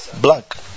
Blank